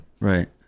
right